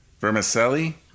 Vermicelli